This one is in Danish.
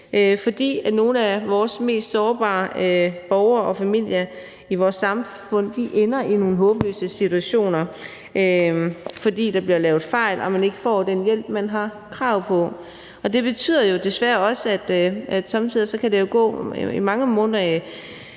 for nogle af de mest sårbare borgere og familier i vores samfund ender i nogle håbløse situationer, fordi der bliver lavet fejl og man ikke får den hjælp, man har krav på. Og det betyder jo desværre også, at der somme tider kan gå mange måneder,